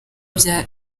bya